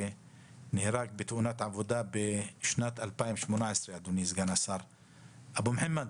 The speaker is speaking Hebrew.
שנהרג בתאונת עבודה בשנת 2018. אבו מחמד,